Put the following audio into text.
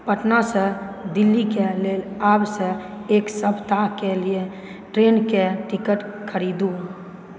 पटनासँ दिल्लीके लेल आबसँ एक सप्ताहके लिए ट्रेनके टिकट खरीदू